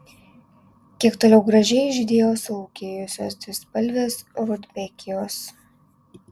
kiek toliau gražiai žydėjo sulaukėjusios dvispalvės rudbekijos